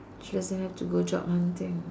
she doesn't have to go job hunting